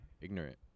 ignorant